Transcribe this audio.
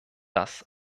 das